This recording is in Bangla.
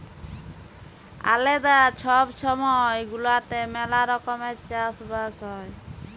আলেদা ছব ছময় গুলাতে ম্যালা রকমের চাষ বাস হ্যয়